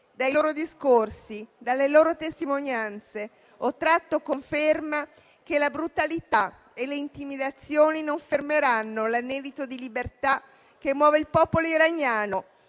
Dai loro discorsi e dalle loro testimonianze ho tratto conferma che la brutalità e le intimidazioni non fermeranno l'anelito di libertà che muove il popolo iraniano.